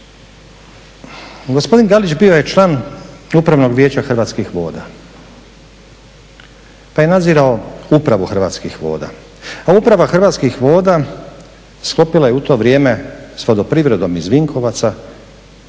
gospodin Galić bio je član Upravnog vijeća Hrvatskih voda pa je nadzirao Upravu Hrvatskih voda, a Uprava Hrvatskih voda sklopila je u to vrijeme s vodoprivredom iz Vinkovaca